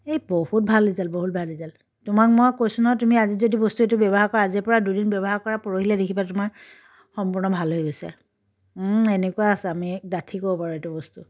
এই বহুত ভাল ৰিজাল্ট বহুত ভাল ৰিজাল্ট তোমাক মই কৈছোঁ নহয় তুমি আজি যদি বস্তু এইটো ব্যৱহাৰ কৰা আজিৰে পৰা দুদিন ব্যৱহাৰ কৰা পৰহিলৈ দেখিবা তোমাৰ সম্পূৰ্ণ ভাল হৈ গৈছে এনেকুৱা আছে আমি ডাঠি ক'ব পাৰোঁ এইটো বস্তু